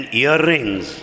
earrings